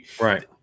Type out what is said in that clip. Right